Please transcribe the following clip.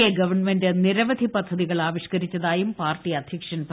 A government നിരവധി പദ്ധതികൾ ആവിഷ്കരിച്ചതായും പാർട്ടി അധ്യക്ഷൻ പറഞ്ഞു